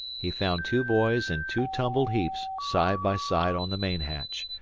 he found two boys in two tumbled heaps side by side on the main hatch,